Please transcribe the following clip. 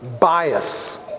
bias